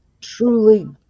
truly